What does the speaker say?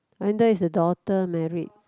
wonder is the daughter married